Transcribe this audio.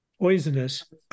poisonous